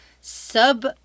sub